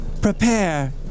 Prepare